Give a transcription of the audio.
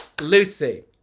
Lucy